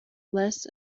less